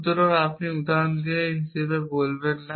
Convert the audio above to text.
সুতরাং আপনি একটি উদাহরণ হিসাবে বলতে পারবেন না